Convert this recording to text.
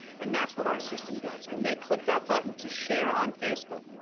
and that's what our system does when they click that button to share on facebook.